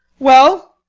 well?